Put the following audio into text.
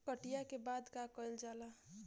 कटिया के बाद का कइल जाला?